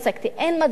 אין מדרכות,